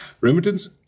Remittance